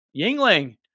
Yingling